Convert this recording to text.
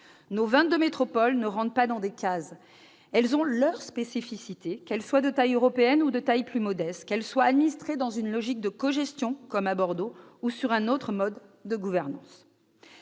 métropoles ne rentrent pas dans des cases. Elles ont leurs spécificités, qu'elles soient de taille européenne ou de taille plus modeste, qu'elles soient administrées dans une logique de cogestion, comme à Bordeaux, ou selon un autre mode de gouvernance.